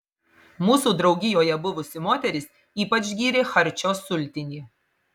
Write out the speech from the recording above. mūsų draugijoje buvusi moteris ypač gyrė charčio sultinį